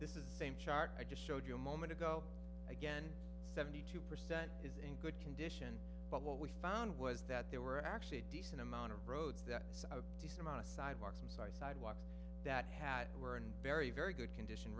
this is the same chart i just showed you a moment ago again seventy two percent is in good condition but what we found was that there were actually a decent amount of roads there so i had to surmount a sidewalk i'm sorry sidewalks that had were and very very good condition